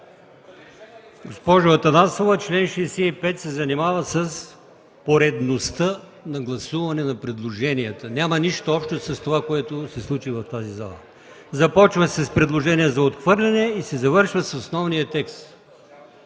Госпожо Атанасова, чл. 65 се занимава с поредността на гласуване на предложенията. Няма нищо общо с това, което се случи в тази зала. Започва се с предложение за отхвърляне и се завършва с основния текст.